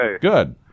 Good